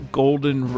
golden